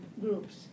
groups